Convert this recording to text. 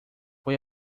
foi